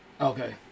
Okay